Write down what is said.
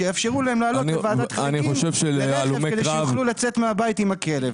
שיאפשרו להם לעלות לוועדת חריגים לרכב כדי שיוכלו לצאת מהבית עם הכלב.